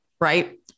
Right